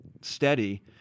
steady